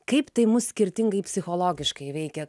kaip tai mus skirtingai psichologiškai veikia